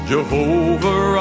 Jehovah